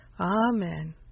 Amen